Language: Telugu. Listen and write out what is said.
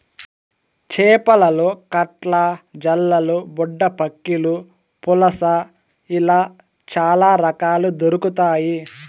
చేపలలో కట్ల, జల్లలు, బుడ్డపక్కిలు, పులస ఇలా చాల రకాలు దొరకుతాయి